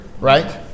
right